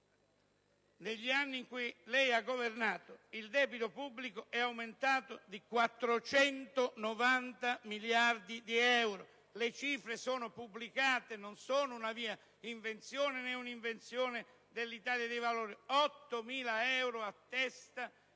negli anni in cui lei ha governato, il debito pubblico è aumentato di 490 miliardi di euro. Le cifre sono pubblicate, non sono una mia invenzione né un'invenzione dell'Italia dei Valori: parliamo di 8.000 euro a testa